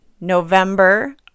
November